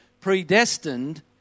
predestined